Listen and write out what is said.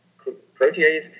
protease